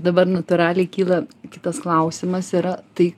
dabar natūraliai kyla kitas klausimas yra tai